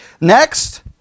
Next